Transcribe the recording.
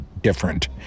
different